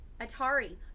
Atari